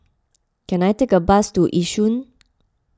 can I take a bus to Yishun